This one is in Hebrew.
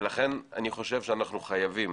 לכן אני חושב שאנחנו חייבים